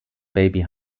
baby